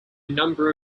number